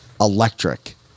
electric